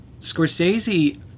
Scorsese